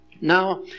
Now